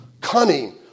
cunning